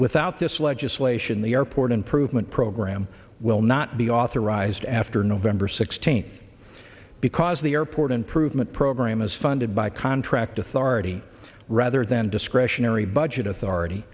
without this legislation the airport improvement program will not be authorized after november sixteenth because the airport improvement program is funded by contract authority rather than discretionary budget a